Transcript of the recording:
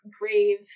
Grave